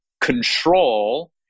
control